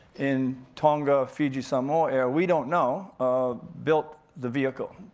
in tonga or fiji, samoa area, we don't know, um built the vehicle,